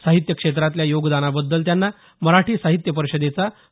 साहित्य क्षेत्रातल्या योगदानाबद्दल त्यांना मराठी साहित्य परीषदेचा ह